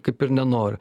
kaip ir nenori